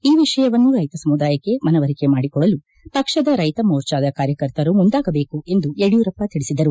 ಈ ವಿಷಯವನ್ನು ರೈತ ಸಮುದಾಯಕ್ಕೆ ಮನವರಿಕೆ ಮಾಡಿಕೊಡಲು ಪಕ್ಷದ ರೈತ ಮೋರ್ಚಾದ ಕಾರ್ಯಕರ್ತರು ಮುಂದಾಗಬೇಕು ಎಂದು ಯಡಿಯೂರಪ್ಪ ತಿಳಿಸಿದರು